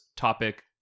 topic